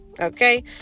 okay